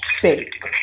fake